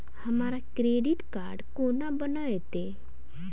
हमरा credit card कोना बनतै?